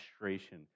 frustration